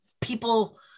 people